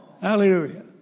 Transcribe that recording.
Hallelujah